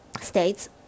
states